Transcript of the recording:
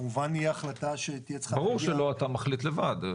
כמובן תהיה החלטה שתהיה צריכה להגיע --- ברור שלא אתה מחליט לבד.